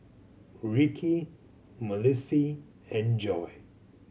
Rikki Malissie and Joy